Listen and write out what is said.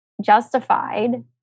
justified